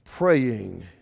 Praying